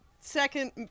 second